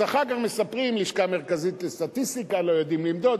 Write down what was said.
אז אחר כך מספרים: בלשכה המרכזית לסטטיסטיקה לא יודעים למדוד,